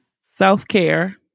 Self-care